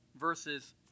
versus